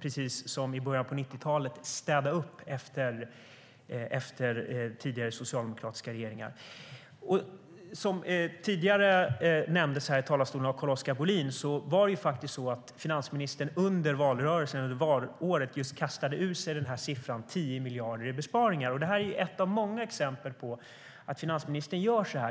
precis som i början på 90-talet får städa upp efter tidigare socialdemokratiska regeringar. Som tidigare nämndes här i talarstolen av Carl-Oskar Bohlin kastade finansministern under valrörelsen ur sig siffran 10 miljarder i besparingar. Det är ett av många exempel på att finansministern gör så.